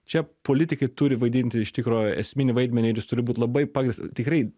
čia politikai turi vaidinti iš tikro esminį vaidmenį ir jis turi būt labai pagrįs tikrai